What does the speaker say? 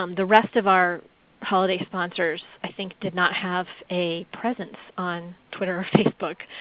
um the rest of our holiday sponsors i think did not have a presence on twitter or facebook.